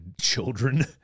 children